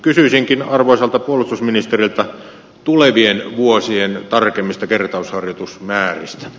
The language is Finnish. kysyisinkin arvoisalta puolustusministeriltä tulevien vuosien tarkemmista kertausharjoitusmääristä